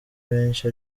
benshi